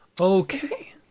Okay